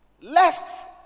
Lest